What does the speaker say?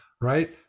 right